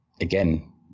again